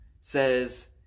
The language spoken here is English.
says